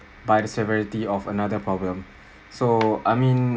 by the severity of another problem so I mean